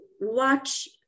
watch